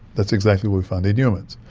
that's exactly what we found in humans.